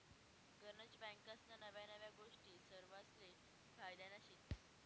गनज बँकास्ना नव्या नव्या गोष्टी सरवासले फायद्यान्या शेतीस